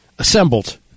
assembled